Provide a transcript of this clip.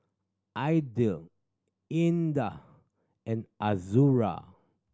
Aidil Indah and Azura